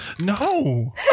No